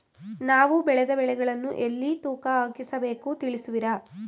ನಾವು ಬೆಳೆದ ಬೆಳೆಗಳನ್ನು ಎಲ್ಲಿ ತೂಕ ಹಾಕಿಸಬೇಕು ತಿಳಿಸುವಿರಾ?